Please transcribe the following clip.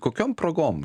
kokiom progom